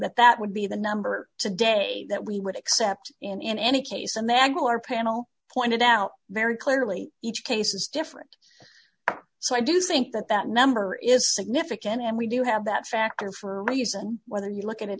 that that would be the number today that we would accept in any case a maggot our panel pointed out very clearly each case is different so i do think that that number is significant and we do have that factor for a reason whether you look